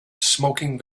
smoking